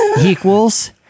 equals